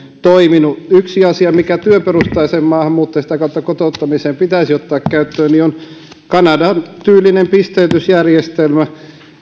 toiminut yksi asia mikä työperustaiseen maahanmuuttoon ja sitä kautta kotouttamiseen pitäisi ottaa käyttöön on kanadan tyylinen pisteytysjärjestelmä